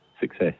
success